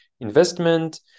investment